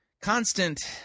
constant